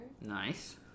nice